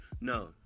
No